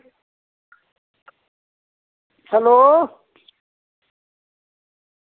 hello